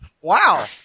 Wow